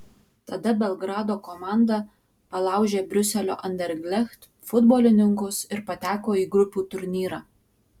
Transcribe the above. tada belgrado komanda palaužė briuselio anderlecht futbolininkus ir pateko į grupių turnyrą